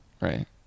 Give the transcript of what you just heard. Right